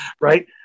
right